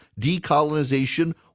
decolonization